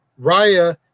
Raya